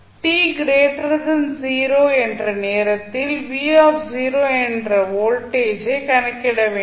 t 0 என்ற நேரத்தில் v என்ற வோல்டேஜை கணக்கிட வேண்டும்